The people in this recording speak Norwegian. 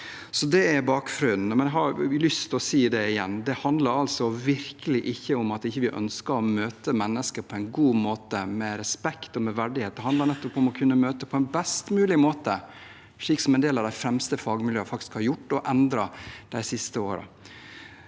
Det handler virkelig ikke om at vi ikke ønsker å møte mennesker på en god måte, med respekt og med verdighet. Det handler nettopp om å kunne møte mennesker på en best mulig måte, slik en del av de fremste fagmiljøene har gjort, og som er endret de siste årene.